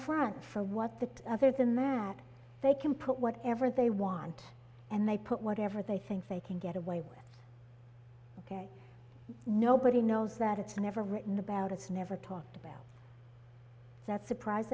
front for what that other than matt they can put whatever they want and they put whatever they think they can get away with ok nobody knows that it's never written about it's never talked about that surprise